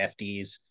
fds